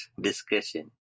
discussion